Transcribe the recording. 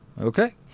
Okay